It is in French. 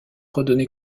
redonner